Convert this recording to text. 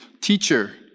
Teacher